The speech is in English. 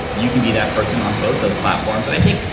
you can be that person on both those platforms. and i think,